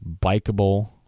bikeable